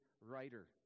writer